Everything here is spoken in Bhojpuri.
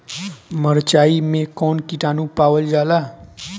मारचाई मे कौन किटानु पावल जाला?